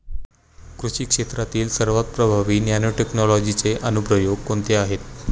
कृषी क्षेत्रातील सर्वात प्रभावी नॅनोटेक्नॉलॉजीचे अनुप्रयोग कोणते आहेत?